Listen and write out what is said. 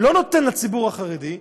לא נותן לציבור החרדי,